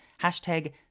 Hashtag